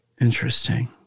Interesting